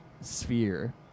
sphere